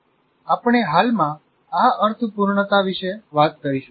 આપણે હાલમાં આ અર્થપૂર્ણતા વિશે વાત કરીશું